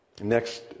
next